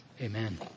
Amen